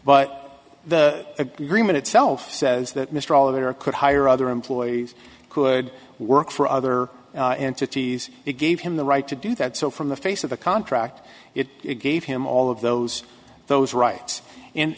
but the agreement itself says that mr all of it or could hire other employees could work for other entities it gave him the right to do that so from the face of the contract it gave him all of those those rights and